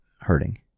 hurting